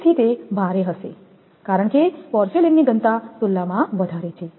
તેથી તે ભારે હશે કારણ કે પોર્સેલેઇનની ઘનતા તુલનામાં વધારે છે